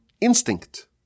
instinct